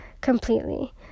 Completely